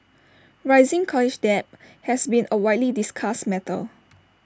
rising college debt has been A widely discussed matter